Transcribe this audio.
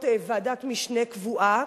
שברבות השנים הפכה להיות ועדת משנה קבועה,